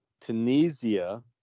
Tunisia